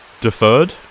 Deferred